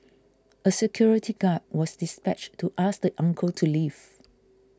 a security guard was dispatched to ask the uncle to leave